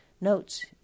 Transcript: notes